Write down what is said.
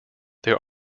there